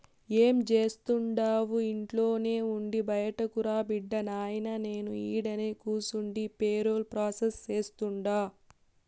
ఏం జేస్తండావు ఇంట్లోనే ఉండి బైటకురా బిడ్డా, నాయినా నేను ఈడనే కూసుండి పేరోల్ ప్రాసెస్ సేస్తుండా